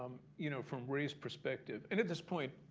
you know, from ray's perspective-and at this point,